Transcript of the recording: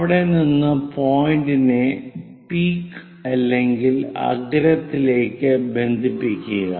അവിടെ നിന്ന് പൊയന്റിനെ പീക്ക് അല്ലെങ്കിൽ അഗ്രത്തിലേക്ക് ബന്ധിപ്പിക്കുക